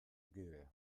kidea